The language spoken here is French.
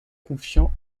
confiants